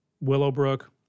Willowbrook